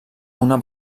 una